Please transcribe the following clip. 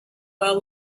while